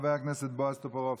חבר הכנסת בועז טופורובסקי.